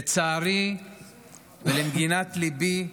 לצערי ולמגינת ליבי,